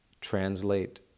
translate